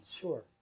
Sure